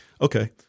Okay